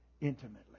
intimately